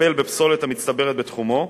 לטפל בפסולת המצטברת בתחומו,